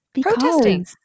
Protesting